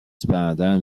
cependant